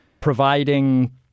providing